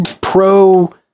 pro